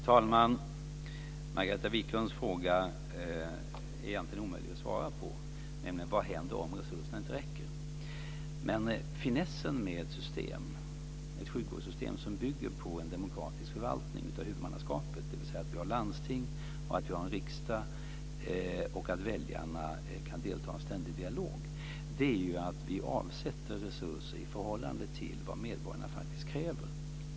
Herr talman! Margareta Viklunds fråga om vad som händer om resurserna inte räcker är egentligen omöjlig att svara på. Men finessen med ett sjukvårdssystem som bygger på en demokratisk förvaltning av huvudmannaskapet - att vi har ett landsting, en riksdag och att väljarna kan delta i en ständig dialog - är att vi avsätter resurser i förhållande till vad medborgarna kräver.